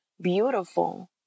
beautiful